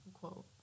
quote